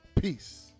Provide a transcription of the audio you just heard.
Peace